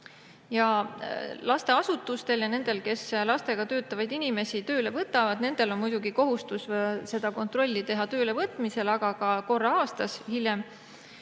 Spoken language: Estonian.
Lasteasutustel ja nendel, kes lastega töötavaid inimesi tööle võtavad, on muidugi kohustus teha see kontroll inimese töölevõtmisel, aga ka korra aastas hiljem.